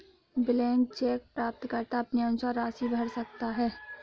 blank cheque प्राप्तकर्ता अपने अनुसार राशि भर सकता है